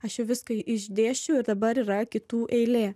aš viską išdėsčiau ir dabar yra kitų eilė